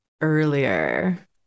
earlier